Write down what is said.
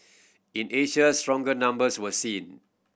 in Asia stronger numbers were seen